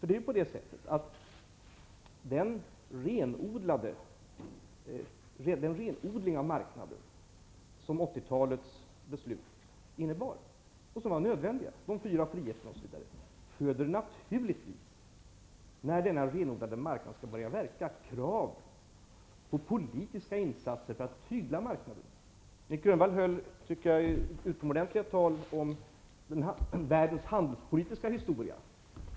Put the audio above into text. Den renodling av marknaden som 1980-talets beslut innebar och som var nödvändig -- jag tänker på de fyra friheterna, osv. -- föder naturligtvis när denna renodlade marknad skall börja verka krav på politiska insatser för att tygla marknaden. Nic Grönvall höll, tyckte jag, ett utomordentligt anförande om världens handelspolitiska historia.